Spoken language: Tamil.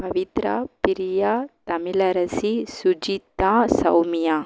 பவித்ரா பிரியா தமிழரசி சுஜித்தா சௌமியா